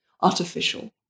artificial